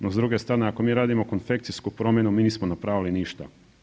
No, s druge strane ako mi radimo konfekcijsku promjenu, mi nismo napravili ništa.